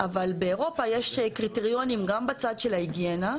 אבל באירופה יש קריטריונים גם בצד של ההיגיינה,